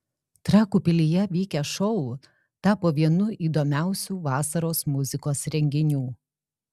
trakų pilyje vykęs šou tapo vienu įdomiausių vasaros muzikos renginių